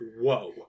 whoa